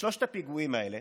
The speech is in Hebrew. בשלושת הפיגועים האלה,